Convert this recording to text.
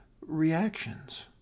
reactions